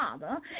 father